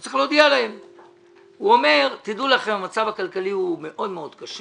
הוא אומר: דעו לכם, המצב הכלכלי מאוד מאוד קשים